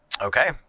Okay